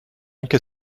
qu’est